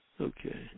okay